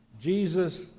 Jesus